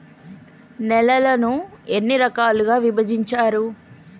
నేలలను ఎన్ని రకాలుగా విభజించారు?